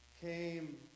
came